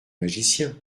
magicien